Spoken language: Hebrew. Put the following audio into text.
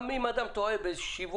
גם אם אדם טועה בעסקה,